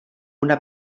una